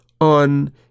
on